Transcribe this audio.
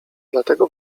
dlatego